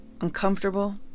uncomfortable